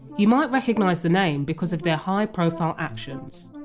you might recognise the name because of their high profile actions.